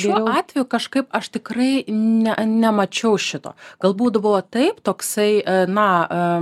šiuo atveju kažkaip aš tikrai ne nemačiau šito galbūt buvo taip toksai na